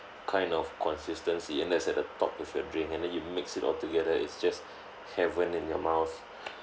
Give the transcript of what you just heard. kind of consistency and that's at the top of your drink and then you mix it altogether it's just heaven in your mouth